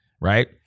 right